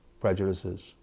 prejudices